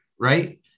right